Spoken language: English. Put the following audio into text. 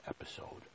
episode